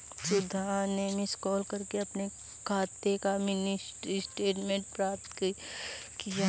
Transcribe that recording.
सुधा ने miss call करके अपने खाते का मिनी स्टेटमेंट प्राप्त किया